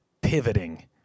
pivoting